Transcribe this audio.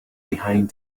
behind